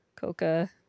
Coca